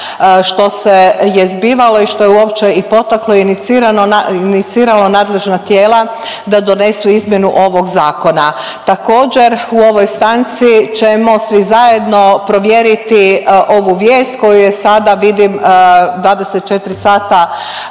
što se je zbivalo i što je uopće i potaklo inicirano na, iniciralo nadležna tijela da donesu izmjenu ovog zakona. Također u ovoj stanci ćemo svi zajedno provjeriti ovu vijest koju je sada vidim „24 sata“